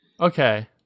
Okay